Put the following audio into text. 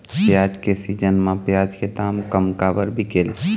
प्याज के सीजन म प्याज के दाम कम काबर बिकेल?